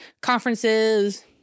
conferences